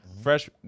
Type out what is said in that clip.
fresh